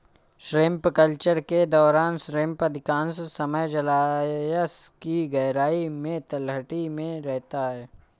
shrimp culture के दौरान shrimp अधिकांश समय जलायश की गहराई में तलहटी में रहता है